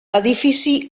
edifici